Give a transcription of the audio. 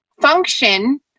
function